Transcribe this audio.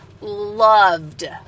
loved